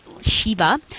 Sheba